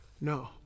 No